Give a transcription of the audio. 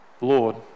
Lord